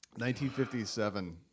1957